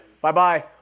Bye-bye